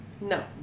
no